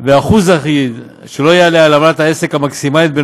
ואחוז אחיד שלא יעלה על עמלת העסק המקסימלית.